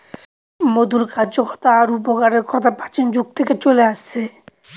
মধুর কার্যকতা আর উপকারের কথা প্রাচীন যুগ থেকে চলে আসছে